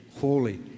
holy